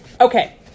Okay